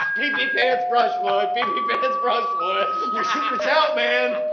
pee pee pants brushwood, pee pee pants brushwood. your secret's out, man.